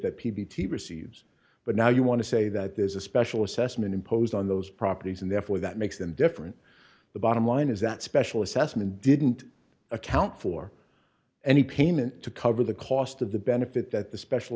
that p v t receives but now you want to say that there's a special assessment imposed on those properties and therefore that makes them different the bottom line is that special assessment didn't account for any payment to cover the cost of the benefit that the special